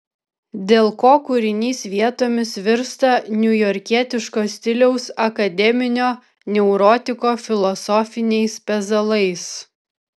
dėl ko kūrinys vietomis virsta niujorkietiško stiliaus akademinio neurotiko filosofiniais pezalais